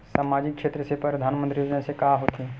सामजिक क्षेत्र से परधानमंतरी योजना से का होथे?